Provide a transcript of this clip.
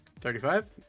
Thirty-five